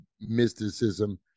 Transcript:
mysticism